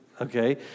Okay